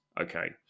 Okay